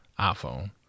iPhone